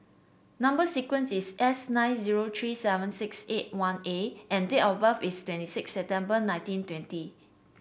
number sequence is S nine zero three seven six eight one A and date of birth is twenty six September nineteen twenty